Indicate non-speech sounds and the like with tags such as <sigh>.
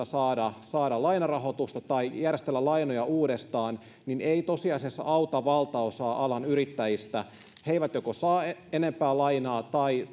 <unintelligible> saada saada lainarahoitusta tai järjestellä lainoja uudestaan ei tosiasiassa auta valtaosaa alan yrittäjistä he eivät joko saa enempää lainaa